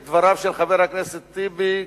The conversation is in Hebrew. לדבריו של חבר הכנסת טיבי,